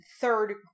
third